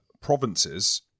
provinces